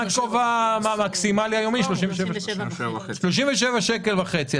37.5 שקלים.